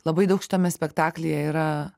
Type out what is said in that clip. labai daug šitame spektaklyje yra